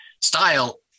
style